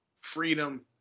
freedom